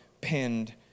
pinned